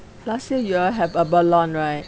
last year you all have abalone right